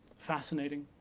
fascinating,